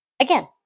Again